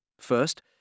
First